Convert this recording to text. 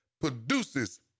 produces